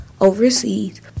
overseas